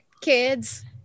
Kids